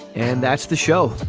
and that's the show.